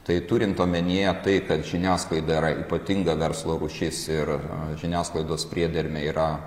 tai turint omenyje tai kad žiniasklaida yra ypatinga verslo rūšis ir žiniasklaidos priedermė yra